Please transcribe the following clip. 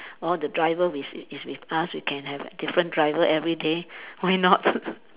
all the driver with is is with us we can have different driver everyday why not